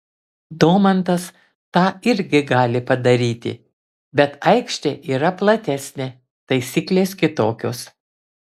domantas tą irgi gali padaryti bet aikštė yra platesnė taisyklės kitokios